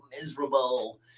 miserable